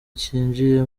cyinjiye